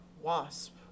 Wasp